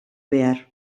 behar